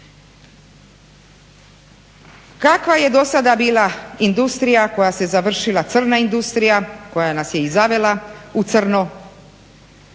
Kakva je dosada bila industrija koja se završila, crna industrija, koja nas je i zavila u crno,